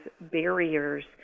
barriers